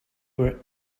were